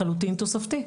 לחלוטין תוספתי.